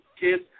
kids